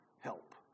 help